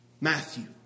Matthew